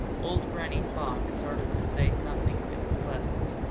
old granny fox started to say something unpleasant.